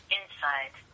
inside